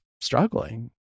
struggling